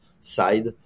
side